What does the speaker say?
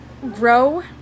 grow